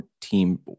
team